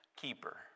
keeper